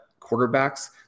quarterbacks